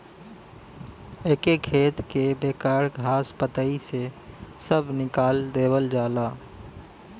एके खेत के बेकार घास पतई से सभ निकाल देवल जाला